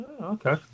Okay